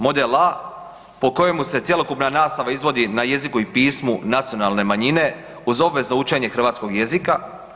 Model A po kojemu se cjelokupna nastava izvodi na jeziku i pismu nacionalne uz obvezno učenje hrvatskog jezika.